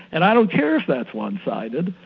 and i don't care if that's one-sided,